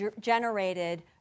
generated